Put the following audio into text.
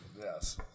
Yes